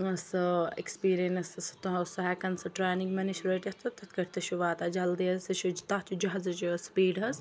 سُہ ایٚکٕسپیٖریَنٕس سُہ ہٮ۪کَن سُہ ٹرینِنٛگ مےٚ نِش رٔٹِتھ تہٕ تِتھ کٲٹھۍ تہِ چھُ واتان جلدی حظ سُہ چھِ تَتھ جہازس سپیٖڈ حظ